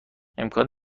امکان